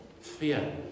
Fear